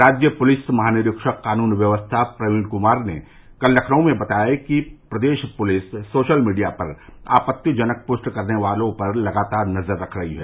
राज्य पुलिस महानिरीक्षक कानून व्यवस्था प्रवीन कुमार ने कल लखनऊ में बताया कि प्रदेश पुलिस सोशल मीडिया पर आपत्तिजनक पोस्ट करने वालों पर लगातार नजर रख रही है